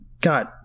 god